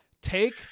Take